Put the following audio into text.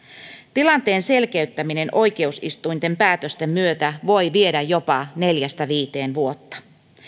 tilanteen selkeyttäminen oikeusistuinten päätösten myötä voi viedä jopa neljästä viiteen vuotta